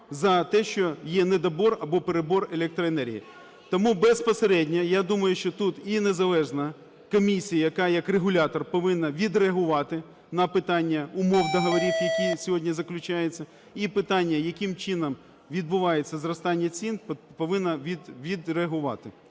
за те, що є недобор або перебор електроенергії. Тому безпосередньо, я думаю, що тут і незалежна комісія, яка як регулятор повинна відреагувати на питання умов договорів, які сьогодні заключаються, і питання, яким чином відбувається зростання цін, повинна відреагувати.